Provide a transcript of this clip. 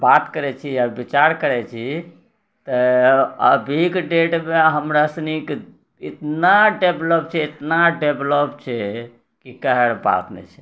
बात करै छी या विचार करै छी तऽ अभीके डेटमे हमरासिनीके इतना डेवलप छै इतना डेवलप छै कि कहयके बात नहि छै